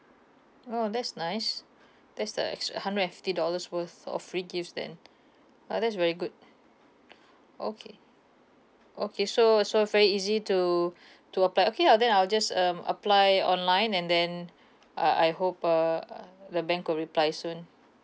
oh that's nice that's the extra hundred and fifty dollars worth of free gifts then uh that's very good okay okay so so very easy to to apply okay uh then I'll just um apply online and then uh I hope uh the bank could reply soon